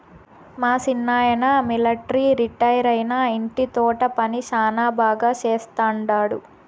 మా సిన్నాయన మిలట్రీ రిటైరైనా ఇంటి తోట పని శానా బాగా చేస్తండాడు